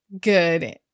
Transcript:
good